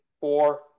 four